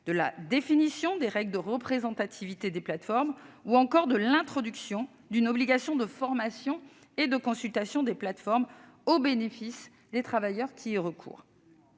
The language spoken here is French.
de la définition des règles de représentativité des plateformes ou encore de l'introduction d'une obligation de formation et de consultation des plateformes au bénéfice des travailleurs qui y recourent.